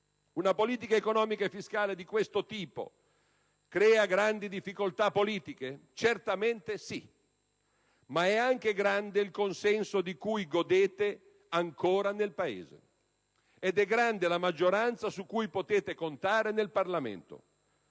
Una politica economica e fiscale di questo tipo crea grandi difficoltà politiche? Certamente sì. Ma è ancora grande il consenso di cui godete ancora nel Paese. Ed è grande la maggioranza su cui potete contare nel Parlamento.